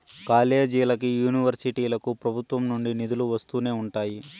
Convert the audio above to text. కాలేజీలకి, యూనివర్సిటీలకు ప్రభుత్వం నుండి నిధులు వస్తూనే ఉంటాయి